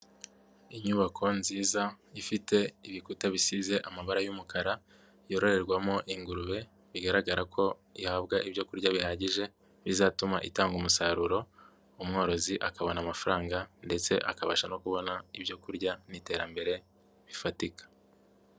Inyubako nziza ifite ibikuta bisize amabara y'umukara, yororerwamo ingurube bigaragara ko ihabwa ibyo kurya bihagije bizatuma itanga umusaruro, umworozi akabona amafaranga ndetse akabasha no kubona ibyo kurya n'iterambere bifatika.